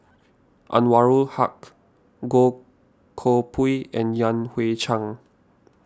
Anwarul Haque Goh Koh Pui and Yan Hui Chang